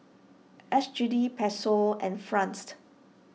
S G D Peso and Franced